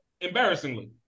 embarrassingly